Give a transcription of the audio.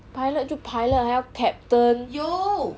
pilot 就 pilot 还要 captain